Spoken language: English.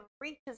reaches